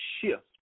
shift